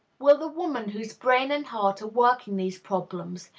will the woman whose brain and heart are working these problems,